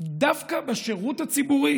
דווקא בשירות הציבורי: